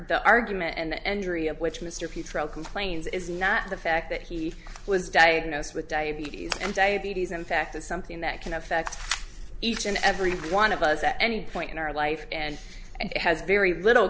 the argument and three of which mr petero complains is not the fact that he was diagnosed with diabetes and diabetes in fact it's something that can affect each and every one of us at any point in our life and and it has very little